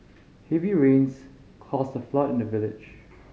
heavy rains caused a flood in the village